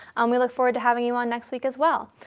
um we look forward to having you on next week as well.